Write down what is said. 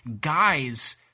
guys